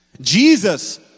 Jesus